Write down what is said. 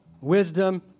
wisdom